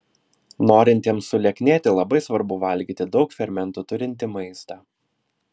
norintiems sulieknėti labai svarbu valgyti daug fermentų turintį maistą